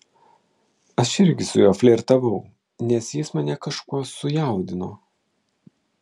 aš irgi su juo flirtavau nes jis mane kažkuo sujaudino